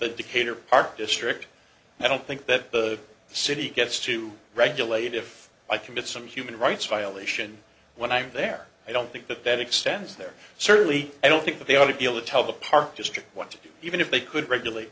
the decatur park district i don't think that the city gets to regulate if i commit some human rights violation when i'm there i don't think that that extends there certainly i don't think they ought to be able to tell the park district what to do even if they could regulate